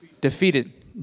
defeated